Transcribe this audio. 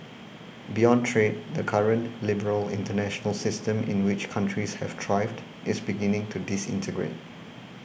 beyond trade the current liberal international system in which countries have thrived is beginning to disintegrate